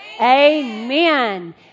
Amen